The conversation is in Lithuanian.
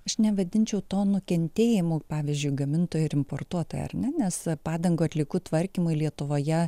aš nevadinčiau to nukentėjimu pavyzdžiui gamintojai ir importuotojai ar ne nes padangų atliekų tvarkymui lietuvoje